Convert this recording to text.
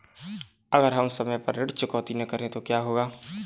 अगर हम समय पर ऋण चुकौती न करें तो क्या होगा?